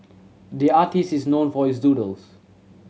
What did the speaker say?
the artist is known for his doodles